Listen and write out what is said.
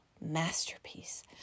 masterpiece